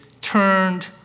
turned